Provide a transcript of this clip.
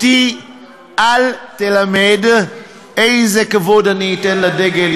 אותי אל תלמד איזה כבוד אני אתן לדגל,